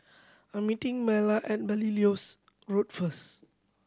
I meeting Myla at Belilios Road first